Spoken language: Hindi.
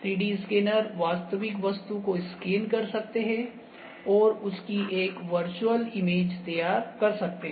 3D स्कैनर वास्तविक वस्तु को स्कैन कर सकते हैं और उसकी एक वर्चुअल इमेज तैयार कर सकते हैं